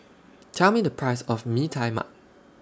Tell Me The Price of Mee Tai Mak